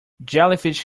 jellyfish